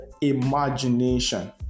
imagination